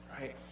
right